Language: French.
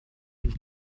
une